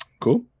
cool